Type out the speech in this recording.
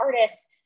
artists